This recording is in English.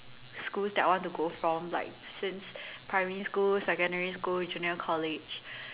schools that I want to go from like since primary school secondary school junior college